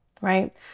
right